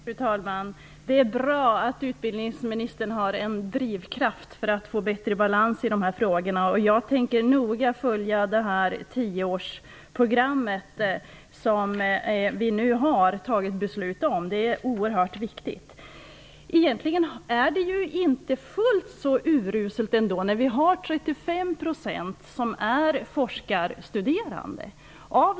Fru talman! Det är bra att utbildningsministern har en drivkraft för att få bättre balans i dessa frågor. Jag tänker noga följa det tiopunktsprogram som vi har fattat beslut om. Det är oerhört viktigt. Läget är egentligen inte fullt så uruselt. Vi har 35 % kvinnor som är forskarstuderande.